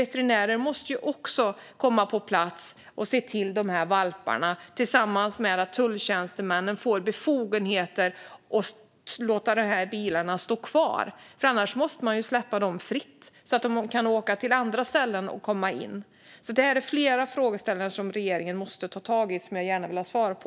Veterinärer måste ju också komma på plats och se till de här valparna, parallellt med att tulltjänstemännen behöver få befogenhet att hålla kvar bilarna. Annars måste man släppa dem fria, och då kan de här personerna åka till andra ställen och komma in där. Det här är flera frågeställningar som regeringen måste ta tag i och som jag gärna vill ha svar på.